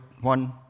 one